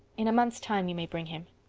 in a month's time you may bring him.